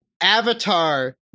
Avatar